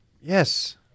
Yes